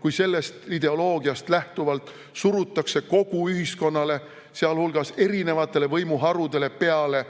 kui sellest ideoloogiast lähtuvalt surutakse kogu ühiskonnale, sealhulgas erinevatele võimuharudele, peale